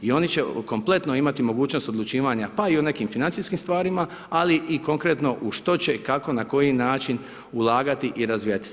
I oni će kompletno imati mogućnost odlučivanja, pa i u nekim financijskim stvarima, ali i u konkretno u što će, kako na koji način ulagati i razvijati se.